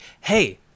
Hey